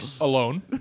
alone